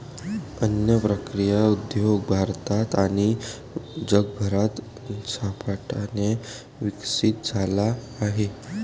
अन्न प्रक्रिया उद्योग भारतात आणि जगभरात झपाट्याने विकसित झाला आहे